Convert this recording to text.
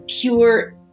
pure